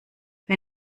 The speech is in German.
wer